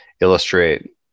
illustrate